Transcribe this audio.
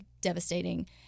devastating –